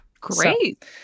Great